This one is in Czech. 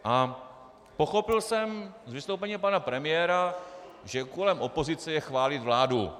A pochopil jsem z vystoupení pana premiéra, že úkolem opozice je chválit vládu.